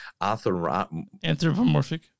anthropomorphic